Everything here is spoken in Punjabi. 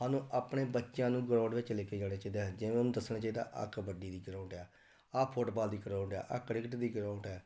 ਸਾਨੂੰ ਆਪਣੇ ਬੱਚਿਆਂ ਨੂੰ ਗਰੋਂਡ ਵਿੱਚ ਲੈ ਕੇ ਜਾਣਾ ਚਾਹੀਦਾ ਹੈ ਜਿਵੇਂ ਉਹਨਾਂ ਨੂੰ ਦੱਸਣਾ ਚਾਹੀਦਾ ਆ ਕਬੱਡੀ ਦੀ ਗਰੋਂਡ ਹੈ ਆਹ ਫੁੱਟਬਾਲ ਦੀ ਗਰਾਉਂਡ ਆ ਕ੍ਰਿਕਟ ਦੀ ਗਰਾਉਂਡ ਹੈ